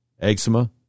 eczema